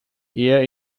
year